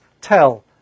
tell